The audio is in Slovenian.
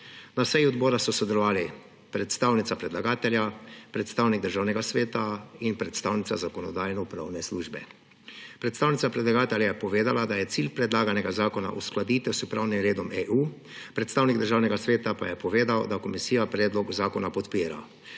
Na seji odbora so sodelovali predstavnica predlagatelja, predstavnik Državnega sveta in predstavnica Zakonodajno-pravne službe. Predstavnica predlagatelja je povedala, da je cilj predlaganega zakona uskladitev s pravnim redom EU, predstavnik Državnega sveta pa je povedal, da komisija predlog zakona podpira.